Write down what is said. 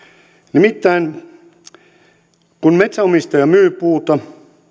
nimittäin kun metsänomistaja myy puuta